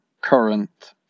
current